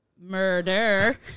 murder